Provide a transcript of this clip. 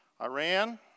Iran